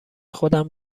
خودم